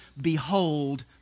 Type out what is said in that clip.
Behold